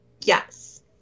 Yes